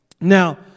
Now